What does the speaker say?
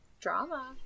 Drama